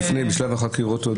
בשלב החקירות.